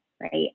right